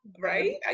right